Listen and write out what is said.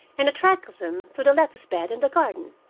and a track of them through the lettuce-bed in the garden.